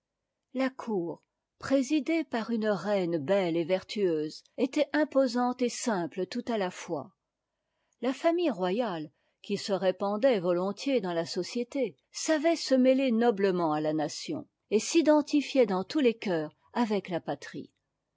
la cour présidée par une reine behe et vertueuse était imposante et simple tout à la fois la famille royale qui se répandait volontiers dans la société savait se mêler noblement à la nation et s'identifiait dans tous les cœurs avec la patrie